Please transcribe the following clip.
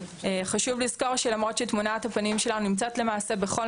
חשוב לזכור שלמרות שתמונת הפנים שלנו נמצאת למעשה בכל